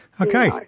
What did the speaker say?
Okay